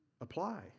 apply